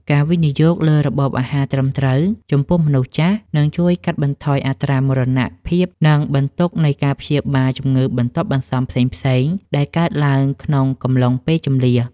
ការវិនិយោគលើរបបអាហារត្រឹមត្រូវចំពោះមនុស្សចាស់ នឹងជួយកាត់បន្ថយអត្រាមរណភាព និងបន្ទុកនៃការព្យាបាលជំងឺបន្ទាប់បន្សំផ្សេងៗដែលកើតឡើងក្នុងកំឡុងពេលជម្លៀស។